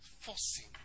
forcing